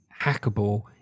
hackable